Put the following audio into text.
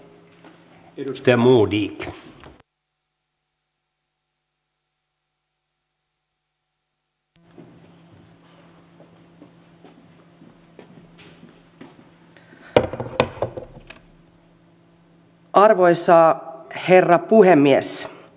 arvoisa herra puhemies